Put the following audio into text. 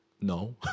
no